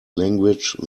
language